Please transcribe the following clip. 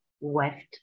weft